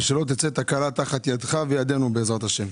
ושלא תצא תקלה תחת ידך וידינו בעזרת השם.